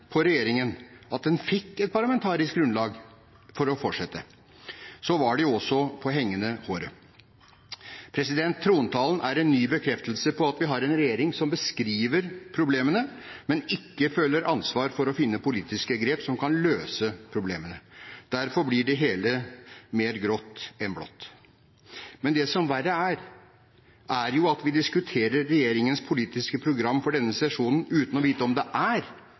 på regjeringen at den fikk et parlamentarisk grunnlag for å fortsette. Så var det også på hengende håret. Trontalen er en ny bekreftelse på at vi har en regjering som beskriver problemene, men ikke føler ansvar for å finne politiske grep som kan løse problemene. Derfor blir det hele mer grått enn blått. Men det som verre er, er at vi diskuterer regjeringens politiske program for denne sesjonen uten å vite om det er